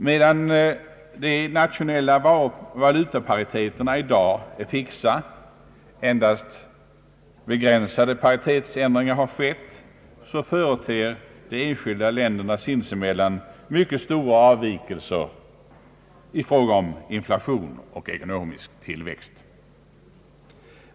Medan valutapariteterna i dag är fixa — endast begränsade paritetsändringar har skett — företer de enskilda länderna sinsemellan mycket stora avvikelser i fråga om inflation och ekonomisk tillväxt.